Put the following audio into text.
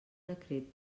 decret